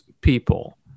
people